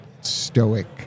stoic